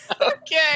Okay